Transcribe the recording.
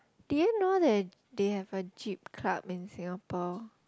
did you know that they have a jeep club in Singapore